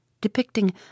depicting